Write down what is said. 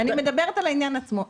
אני מדברת על העניין עצמו.